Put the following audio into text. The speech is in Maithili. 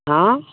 हँ